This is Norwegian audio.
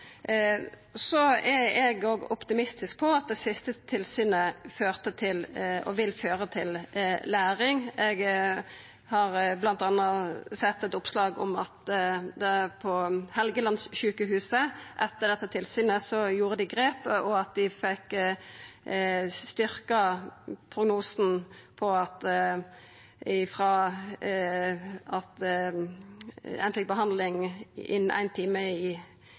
Så er eg optimistisk med tanke på at det siste tilsynet førte til og vil føra til læring. Eg har bl.a. sett eit oppslag om at Helgelandssjukehuset etter dette tilsynet gjorde grep, og dei fekk styrkt prognosen på at ein fekk behandling innan ein time